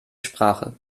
sprache